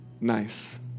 nice